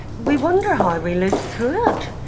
we wonder how we lived through it.